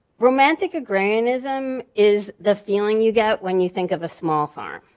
romantic agrarianism is the feeling you get when you think of a small farm.